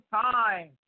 time